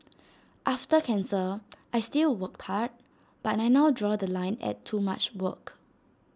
after cancer I still work hard but I now draw The Line at too much work